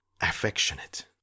affectionate